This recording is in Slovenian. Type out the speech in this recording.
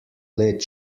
let